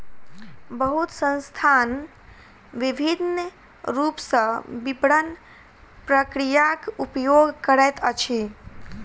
बहुत संस्थान विभिन्न रूप सॅ विपरण प्रक्रियाक उपयोग करैत अछि